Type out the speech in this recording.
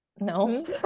No